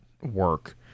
work